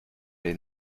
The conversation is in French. les